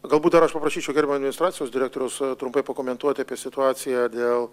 galbūt dar aš paprašyčiau gerbiamą administracijos direktoriaus trumpai pakomentuoti apie situaciją dėl